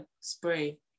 spray